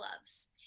gloves